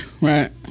Right